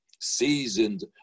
seasoned